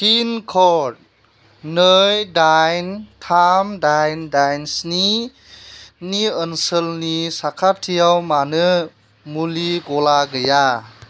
pin code नै दाइन थाम दाइन दाइन स्नि नि ओनसोलनि साखाथियाव मानो मुलि गला गैया